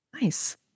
Nice